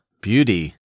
beauty